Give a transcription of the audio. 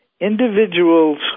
Individuals